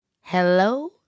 Hello